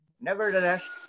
Nevertheless